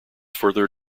further